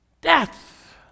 death